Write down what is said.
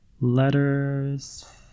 Letters